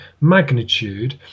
magnitude